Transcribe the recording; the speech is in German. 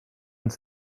uns